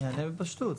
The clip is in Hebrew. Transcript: אני אענה בפשטות.